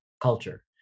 culture